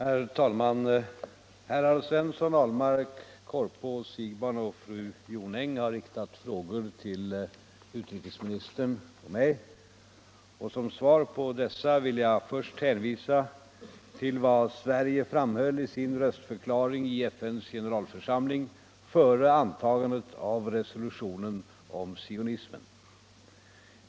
besvara följande frågor, nämligen Herr talman! Herrar Svensson i Eskilstuna, Ahlmark, Korpås, Siegbahn och fru Jonäng har riktat frågor till utrikesministern och mig. Som svar på dessa vill jag först hänvisa till vad Sverige framhöll i sin röstförklaring i FN:s generalförsamling före antagandet av resolutionen om sionismen.